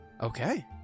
Okay